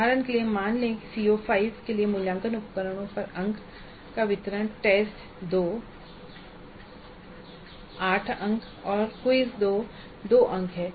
उदाहरण के लिए मान लें कि CO5 के लिए मूल्यांकन उपकरणों पर अंकों का वितरण टेस्ट 2 8 अंक और प्रश्नोत्तरी 2 2 अंक है